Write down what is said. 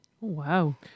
Wow